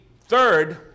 third